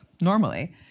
normally